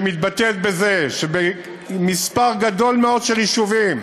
שמתבטאת בזה שבמספר גדול מאוד של יישובים